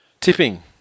Tipping